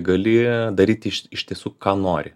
gali daryti iš iš tiesų ką nori